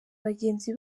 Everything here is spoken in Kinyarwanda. bagenzi